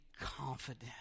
confident